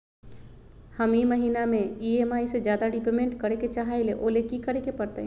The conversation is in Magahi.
हम ई महिना में ई.एम.आई से ज्यादा रीपेमेंट करे के चाहईले ओ लेल की करे के परतई?